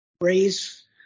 raise